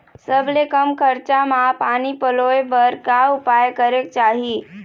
सबले कम खरचा मा पानी पलोए बर का उपाय करेक चाही?